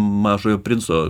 mažojo princo